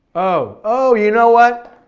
oh, oh you know what.